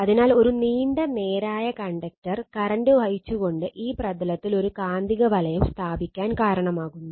അതിനാൽ ഒരു നീണ്ട നേരായ കണ്ടക്ടർ കറന്റ് വഹിച്ചുകൊണ്ട് ഈ പ്രതലത്തിൽ ഒരു കാന്തികവലയം സ്ഥാപിക്കാൻ കാരണമാകുന്നു